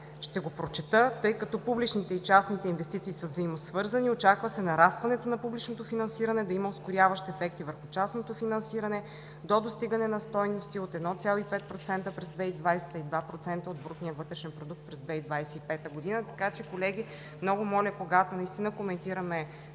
ще го прочета, тъй като публичните и частните инвестиции са взаимно свързани: „Очаква се нарастването на публичното финансиране да има ускоряващ ефект и върху частното финансиране до достигане на стойности от 1,5% през 2020 г. до 2% от брутния вътрешен продукт през 2025 г“. Колеги, много моля, когато коментираме